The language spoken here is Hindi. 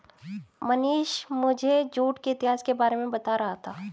मनीष मुझे जूट के इतिहास के बारे में बता रहा था